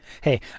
hey